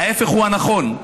ההפך הוא הנכון.